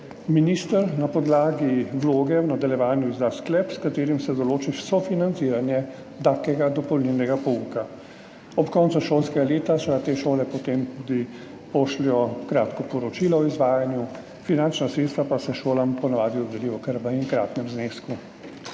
Minister na podlagi vloge v nadaljevanju izda sklep, s katerim se določi sofinanciranje takega dopolnilnega pouka. Ob koncu šolskega leta te šole potem tudi pošljejo kratko poročilo o izvajanju. Finančna sredstva pa se šolam po navadi dodelijo kar v enkratnem znesku.